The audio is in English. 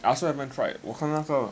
I also haven't tried 我看那个